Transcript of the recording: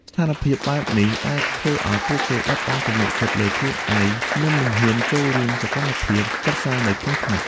ស្ថានភាពបែបនេះអាចធ្វើឱ្យពួកគេបាត់បង់ទំនុកចិត្តលើខ្លួនឯង និងមិនហ៊ានចូលរួមសកម្មភាពសិក្សានៅក្នុងថ្នាក់។